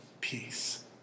peace